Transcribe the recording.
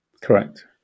Correct